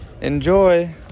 Enjoy